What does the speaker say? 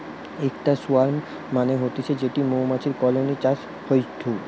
ইকটা সোয়ার্ম মানে হতিছে যেটি মৌমাছির কলোনি চাষ হয়ঢু